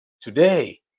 today